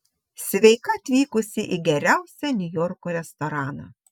sveika atvykusi į geriausią niujorko restoraną